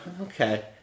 okay